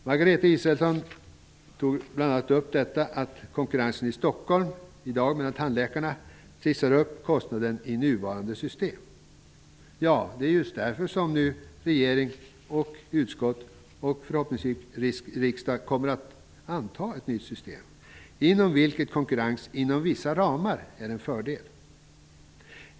Margareta Israelsson tog bl.a. upp det förhållandet att konkurrensen mellan tandläkarna i Stockholm trissar upp kostnaden i nuvarande system. Det är just därför som regering och utskott antagit och som riksdagen förhoppningsvis kommer att anta ett nytt system, inom vilket konkurrens inom vissa ramar är en fördel.